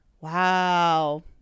wow